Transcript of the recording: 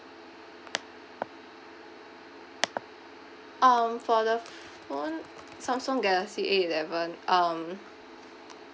um for the phone samsung galaxy A eleven um